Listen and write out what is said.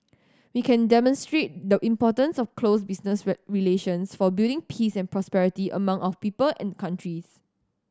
we can demonstrate the importance of close business relations for building peace and prosperity among our people and countries